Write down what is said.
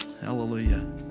Hallelujah